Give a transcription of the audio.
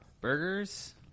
Burgers